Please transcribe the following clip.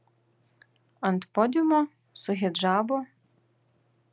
ant podiumo su hidžabu